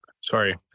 Sorry